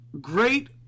great